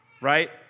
right